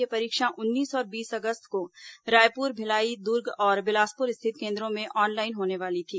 यह परीक्षा उन्नीस और बीस अगस्त को रायपुर भिलाई दुर्ग और बिलासपुर स्थित केन्द्रों में ऑनलाइन होने वाली थी